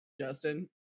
justin